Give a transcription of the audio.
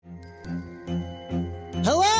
Hello